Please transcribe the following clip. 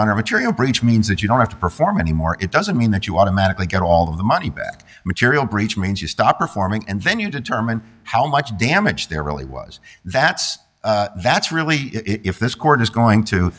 honor a material breach means that you don't have to perform any more it doesn't mean that you automatically get all the money back material breach means you stop performing and then you determine how much damage there really was that's that's really if this court is going to